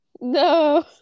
No